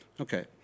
Okay